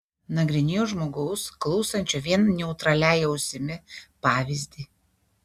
nagrinėjo žmogaus klausančio vien neutraliąja ausimi pavyzdį